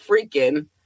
freaking